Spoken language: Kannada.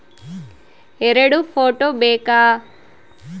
ಎರಡು ಫೋಟೋ ಬೇಕಾ?